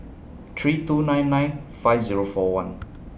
three two nine nine five Zero four one